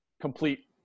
complete